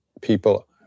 people